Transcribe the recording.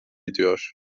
ediyor